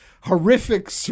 horrific